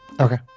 Okay